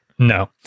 No